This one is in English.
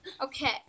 Okay